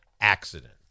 accident